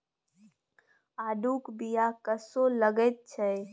आड़ूक बीया कस्सो लगैत छै